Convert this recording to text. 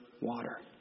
water